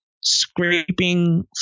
scraping